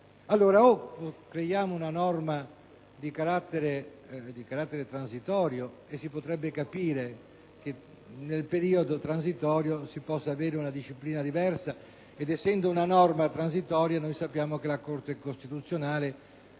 allora creare una norma di carattere transitorio (e si potrebbe capire che nel periodo transitorio si possa avere un disciplina diversa e, essendo una norma transitoria, sappiamo che la Corte costituzionale